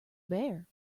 bare